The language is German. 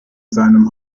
seinem